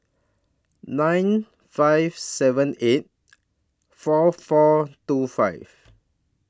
nine five seven eight four four two five